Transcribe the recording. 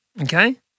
Okay